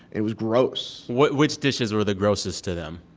it was gross which dishes were the grossest to them?